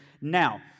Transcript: Now